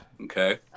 okay